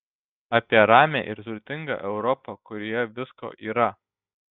apie ramią ir turtingą europą kurioje visko yra